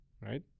right